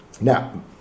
Now